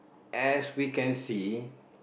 as we can see